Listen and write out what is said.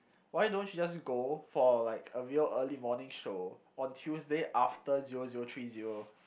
why don't you just go for like a real early morning show on Tuesday after zero zero three zero